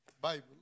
Bible